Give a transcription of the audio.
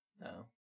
No